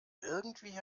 irgendwie